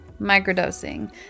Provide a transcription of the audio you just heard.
microdosing